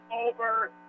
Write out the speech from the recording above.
over